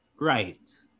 Right